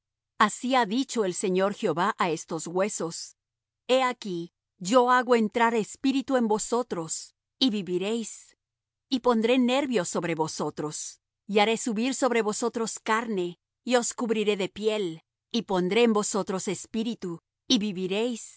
así ha dicho el señor jehová á estos huesos he aquí yo hago entrar espíritu en vosotros y viviréis y pondré nervios sobre vosotros y haré subir sobre vosotros carne y os cubriré de piel y pondré en vosotros espíritu y viviréis y